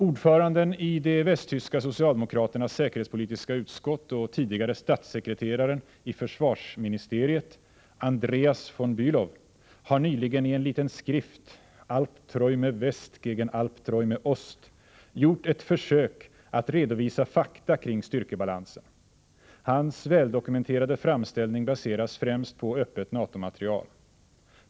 Ordföranden i de västtyska socialdemokraternas säkerhetspolitiska utskott och tidigare statssekreteraren i försvarsministeriet Andreas von Bälow har nyligen i en liten skrift Alpträume West gegen Alpträume Ost gjort ett försök att redovisa fakta kring styrkebalansen. Hans väldokumenterade framställning baseras främst på öppet NATO-material.